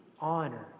honor